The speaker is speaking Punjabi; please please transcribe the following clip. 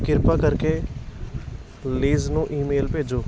ਕਿਰਪਾ ਕਰਕੇ ਲੀਜ਼ ਨੂੰ ਈਮੇਲ ਭੇਜੋ